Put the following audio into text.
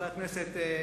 חברי הכנסת,